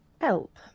help